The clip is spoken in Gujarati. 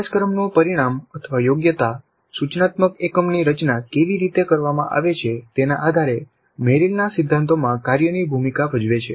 અભ્યાસક્રમનું પરિણામ અથવા યોગ્યતા સૂચનાત્મક એકમની રચના કેવી રીતે કરવામાં આવે છે તેના આધારે મેરિલના સિદ્ધાંતોમાં કાર્યની ભૂમિકા ભજવે છે